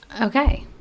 okay